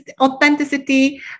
authenticity